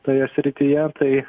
toje srityje tai